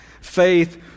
Faith